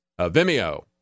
Vimeo